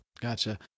Gotcha